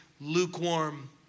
lukewarm